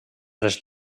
les